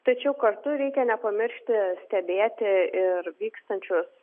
tačiau kartu reikia nepamiršti stebėti ir vykstančius